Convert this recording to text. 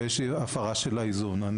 ויש הפרה של האיזון.